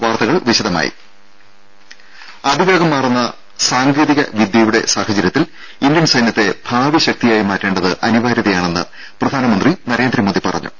വാർത്തകൾ വിശദമായി അതിവേഗം മാറുന്ന സാങ്കേതിക വിദ്യയുടെ സാഹചര്യത്തിൽ ഇന്ത്യൻ സൈന്യത്തെ ഭാവിശക്തിയാക്കി മാറ്റേണ്ടത് അനിവാര്യതയാണെന്ന് പ്രധാനമന്ത്രി നരേന്ദ്രമോദി പറഞ്ഞു